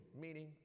meaning